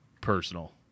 personal